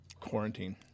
quarantine